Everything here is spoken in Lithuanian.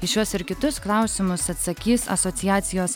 į šiuos ir kitus klausimus atsakys asociacijos